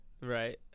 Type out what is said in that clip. Right